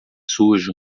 sujo